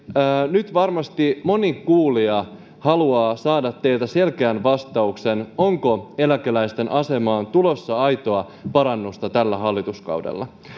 nyt varmasti moni kuulija haluaa saada teiltä selkeän vastuksen onko eläkeläisten asemaan tulossa aitoa parannusta tällä hallituskaudella